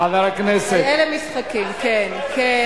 כאלה משחקים, כן, כן.